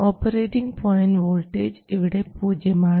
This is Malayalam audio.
ഓപ്പറേറ്റിംഗ് പോയൻറ് വോൾട്ടേജ് ഇവിടെ പൂജ്യമാണ്